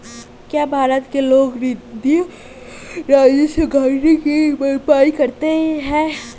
क्या भारत के लोक निधियां राजस्व घाटे की भरपाई करती हैं?